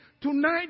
tonight